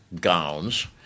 gowns